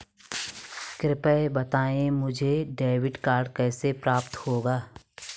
कृपया बताएँ मुझे डेबिट कार्ड कैसे प्राप्त होगा?